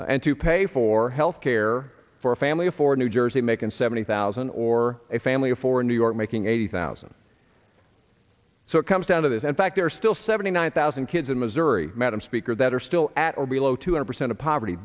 then and to pay for health care for a family of four new jersey macon seventy thousand or a family of four in new york making eighty thousand so it comes down to this and fact there are still seventy nine thousand it's in missouri madam speaker that are still at or below two hundred percent of poverty